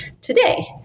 today